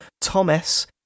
Thomas